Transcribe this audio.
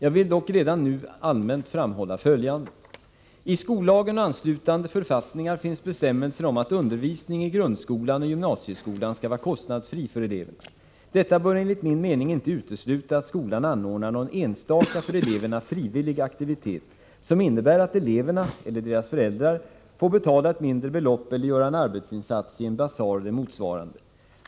Jag vill dock redan nu allmänt framhålla följande. I skollagen och anslutande författningar finns bestämmelser om att undervisning i grundskolan och gymnasieskolan skall vara kostnadsfri för eleverna. Detta bör enligt min mening inte utesluta att skolan anordnar någon enstaka för eleverna frivillig aktivitet, som innebär att eleverna får betala ett mindre belopp eller göra en arbetsinsats i en basar eller motsvarande.